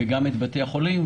וגם את בתי החולים,